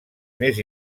més